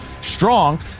strong